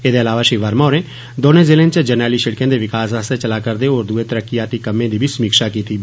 ऐदे अलावा श्री वर्मा होरें दौने जिलें च जरनैली शिड़कें दे विकास आस्तै चला करदे होर दुए तरकेयाती कम्में दी भी समीक्षा कीत्ती